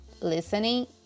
listening